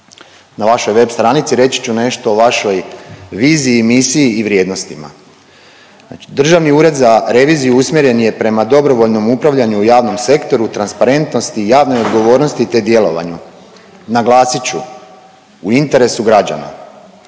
na vašoj web stranici, reći ću nešto o vašoj viziji, misiji i vrijednostima. Državni ured za reviziju usmjeren je prema dobrovoljnom upravljanju u javnom sektoru, transparentnosti i javnoj odgovornosti te djelovanju. Naglasit ću, u interesu građana.